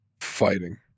fighting